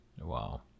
Wow